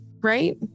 right